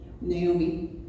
Naomi